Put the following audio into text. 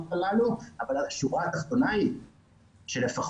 הללו אבל השורה התחתונה היא שלפחות